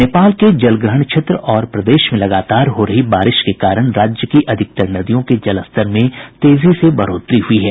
नेपाल के जलग्रहण क्षेत्र और प्रदेश में लगातार हो रही बारिश के कारण राज्य की अधिकांश नदियों के जलस्तर में तेजी से बढ़ोतरी हुई है